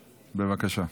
בבקשה.